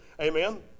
Amen